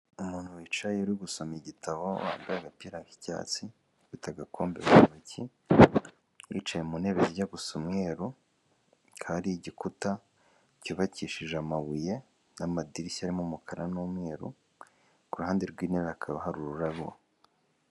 Umuntu wicaye uri gusoma igitabo wambaye agapira k' icyatsi, ufite agakombe mu ntoki, yicaye mu ntebe zijya gusa umweru. Hakaba hari igikuta cyubakishije amabuye n'amadirishya arimo umukara n'umweru kuruhande rw'inte harirabo